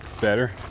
better